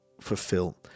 fulfill